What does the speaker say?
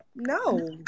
No